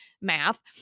math